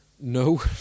No